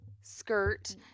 skirt